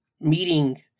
meeting